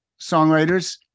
songwriters